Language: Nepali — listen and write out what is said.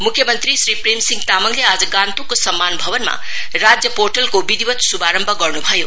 मुख्य मंत्री श्री प्रेमसिंह तामाङ ले आज गान्तोकको सम्मान भवनमा यो राज्य पोर्टलको विधिवत् शुभारम्भ गर्नु भयो